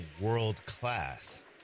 world-class